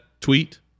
tweet